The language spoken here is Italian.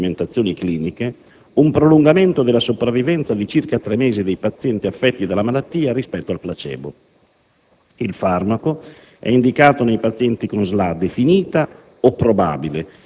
all'interno di sperimentazioni cliniche, un prolungamento della sopravvivenza di circa tre mesi dei pazienti affetti dalla malattia rispetto al placebo. Il farmaco è indicato nei pazienti con SLA definita